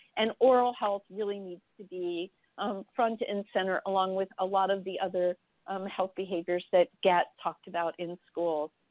and oral health really needs to be um front and center along with a lot of the other um health behaviors that get talked about in schools.